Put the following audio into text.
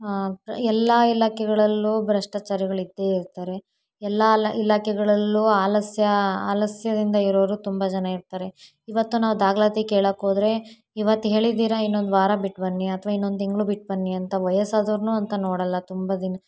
ಎಲ್ಲ ಇಲಾಖೆಗಳಲ್ಲೂ ಭ್ರಷ್ಟಾಚಾರಿಗಳು ಇದ್ದೇ ಇರ್ತಾರೆ ಎಲ್ಲ ಅಲ್ಲ ಇಲಾಖೆಗಳಲ್ಲೂ ಆಲಸ್ಯ ಆಲಸ್ಯದಿಂದ ಇರೋವ್ರು ತುಂಬ ಜನ ಇರ್ತಾರೆ ಇವತ್ತು ನಾವು ದಾಖಲಾತಿ ಕೇಳಕ್ಕೆ ಹೋದ್ರೆ ಇವತ್ತು ಹೇಳಿದ್ದೀರ ಇನ್ನೊಂದು ವಾರ ಬಿಟ್ಟು ಬನ್ನಿ ಅಥವಾ ಇನ್ನೊಂದು ತಿಂಗಳು ಬಿಟ್ಟು ಬನ್ನಿ ಅಂತ ವಯಸ್ಸಾದವ್ರನ್ನೂ ಅಂತ ನೋಡೋಲ್ಲ ತುಂಬ ದಿನ